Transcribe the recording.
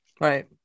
Right